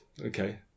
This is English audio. Okay